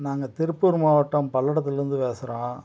நாங்கள் திருப்பூர் மாவட்டம் பல்லடத்துலேருந்து பேசுகிறோம்